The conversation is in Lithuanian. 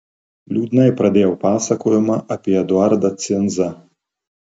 liūdnai pradėjau pasakojimą apie eduardą cinzą